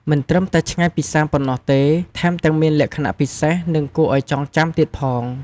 មិនត្រឹមតែឆ្ងាញ់ពិសាប៉ុណ្ណោះទេ ថែមទាំងមានលក្ខណៈពិសេស និងគួរឱ្យចងចាំទៀតផង។